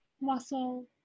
muscle